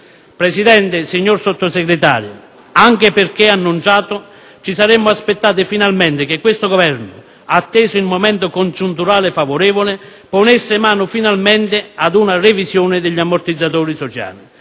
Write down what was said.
Presidente, signor Sottosegretario, anche perché annunciato, ci saremmo aspettati finalmente che questo Governo, atteso il momento congiunturale favorevole, ponesse mano finalmente ad una revisione degli ammortizzatori sociali.